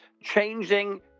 changing